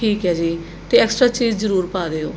ਠੀਕ ਹੈ ਜੀ ਅਤੇ ਐਕਸਟ੍ਰਾ ਚੀਜ਼ ਜ਼ਰੂਰ ਪਾ ਦਿਉ